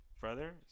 brother